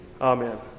Amen